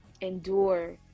endure